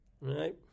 Right